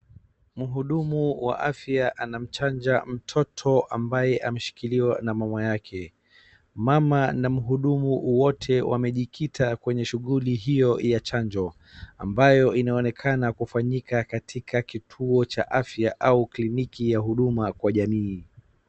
Mhudumu wa afya anamchanja mtoto amabaye ameshikiliwa na mama yake. Mama na mhudumu wote wamejikita kwenye shughuli hiyo ya chanjo ambayo inaonekana kufanyika katika kituo cha afya au kliniki ya huduma kwa jamii.